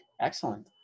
Excellent